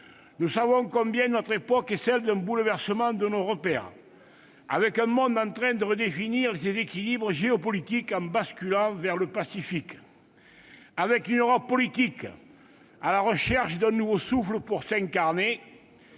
nous savons combien notre époque est celle d'un bouleversement des repères. Le monde est en train de redéfinir ses équilibres géopolitiques en basculant vers le Pacifique. L'Europe politique est à la recherche d'un nouveau souffle pour s'incarner.